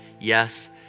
Yes